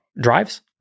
drives